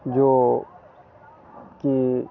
जो कि